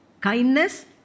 kindness